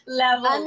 level